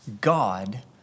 God